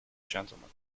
gentleman